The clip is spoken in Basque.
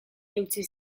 eutsi